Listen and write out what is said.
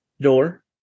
door